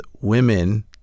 women